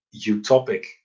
utopic